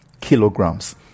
kilograms